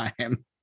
time